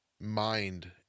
mind